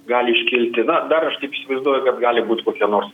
gali iškilti na dar aš taip įsivaizduoju kad gali būt kokie nors